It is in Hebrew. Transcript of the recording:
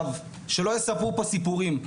שלא יספרו פה סיפורים.